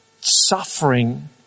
suffering